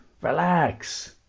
relax